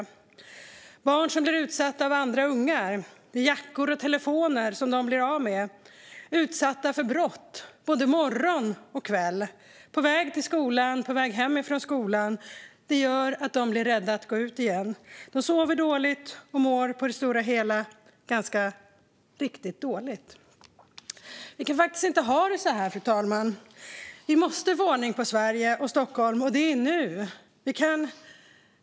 Barn blir utsatta av andra ungar. De blir av med jackor och telefoner. De är utsatta för brott både morgon och kväll, på väg till skolan och på väg hem från skolan. Och det gör dem rädda för att gå ut igen. De sover dåligt och mår på det stora hela riktigt dåligt. Fru talman! Vi kan inte ha det så här. Vi måste få ordning på Sverige och Stockholm nu.